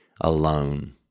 alone